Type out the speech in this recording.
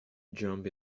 jump